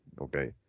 Okay